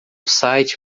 site